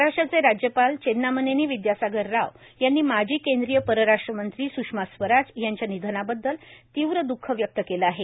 महाराष्ट्राचे राज्यपाल चेन्नामनेनी विद्यासागर राव यांनी माजी केंद्रीय परराष्ट्र मंत्री स्षमा स्वराज यांच्या निधनाबद्दल तीव्र दःख व्यक्त केले आहे